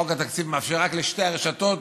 חוק התקציב מאפשר רק לשתי הרשתות,